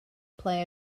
play